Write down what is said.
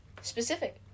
Specific